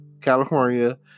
California